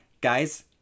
Guys